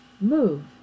move